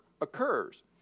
occurs